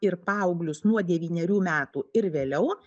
ir paauglius nuo devynerių metų ir vėliau